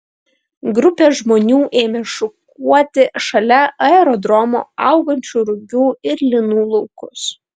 grupė žmonių ėmė šukuoti šalia aerodromo augančių rugių ir linų laukus